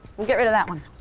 we'll get rid of that one.